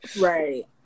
right